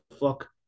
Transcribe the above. fuck